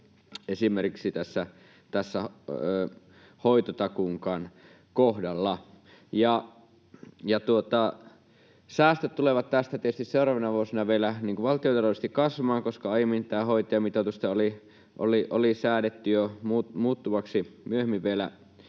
esimerkiksi tämän hoitotakuunkaan kohdalla. Ja säästöt tulevat tästä tietysti seuraavina vuosina vielä valtiontaloudellisesti kasvamaan, koska jo aiemmin tämä hoitajamitoitus oli säädetty muuttuvaksi myöhemmin vielä